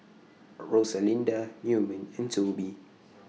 Rosalinda Newman and Toby